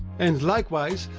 and likewise,